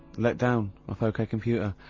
let down off ok computer,